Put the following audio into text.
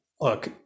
look